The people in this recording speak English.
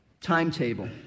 timetable